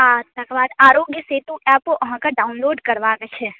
आ तकरबाद आरोग्य सेतु ऍपो अहाँके डाउनलोड करबाक छै